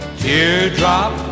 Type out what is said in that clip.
teardrop